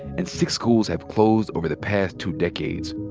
and six schools have closed over the past two decades.